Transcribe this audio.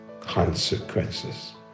consequences